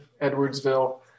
Edwardsville